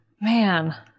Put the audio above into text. Man